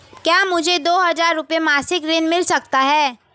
क्या मुझे दो हज़ार रुपये मासिक ऋण मिल सकता है?